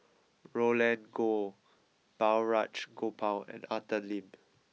Roland Goh Balraj Gopal and Arthur Lim